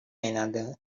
another